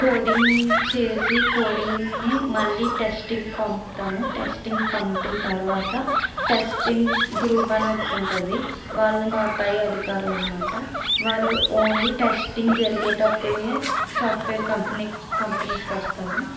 coding చేసి కోడింగ్ని మళ్ళీ టెస్టింగ్కి పంపుతాము టెస్టింగ్ పంపిన తరువాత టెస్టింగ్ గ్రూప్ అని ఒకటి ఉంటుంది వాళ్ళు మా పై అధికారులు అన్నమాట వారు ఓన్లీ టెస్టింగ్ జరిగేటప్పుడే సాఫ్ట్వేర్ కంపెనీ కంపెనీస్కి వస్తారు